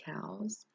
cows